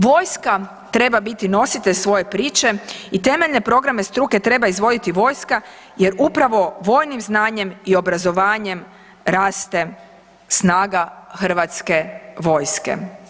Vojska treba biti nositelj svoje priče i temeljne programe struke treba izvoditi vojska jer upravo vojnim znanjem i obrazovanjem raste snaga hrvatske vojske.